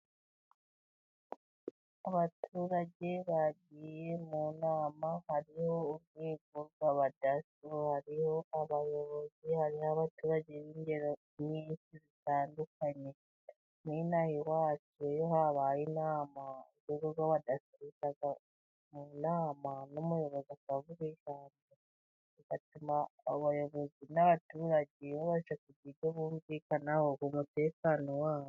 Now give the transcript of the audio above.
Abaturage bagiye mu nama. Harimo urwego rw'abadaso, hariho abayobozi, n'abaturage b'ingero zitandukanye. N'inaha iwacu iyo habaye inama, urwego rw'abadaso ruza mu nama n'umuyobozi akavuga ijambo bigatuma abayobozi n'abaturage babasha kugira ibyo bumvikanaho ku mutekano wabo.